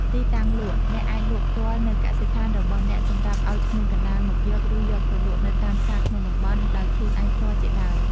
ទីតាំងលក់ អ្នកអាចលក់ផ្ទាល់នៅកសិដ្ឋានរបស់អ្នកសម្រាប់អោយឈ្មួញកណ្តាលមកយក ឬយកទៅលក់នៅតាមផ្សារក្នុងតំបន់ ដោយខ្លួនឯងផ្ទាល់ជាដើម។